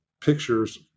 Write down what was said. pictures